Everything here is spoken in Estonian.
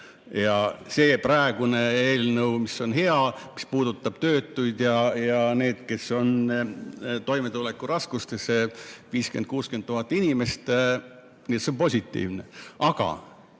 See praegune eelnõu, mis on hea, puudutab töötuid ja neid, kes on toimetulekuraskustes, 50 000 – 60 000 inimest. Nii et see on positiivne. Aga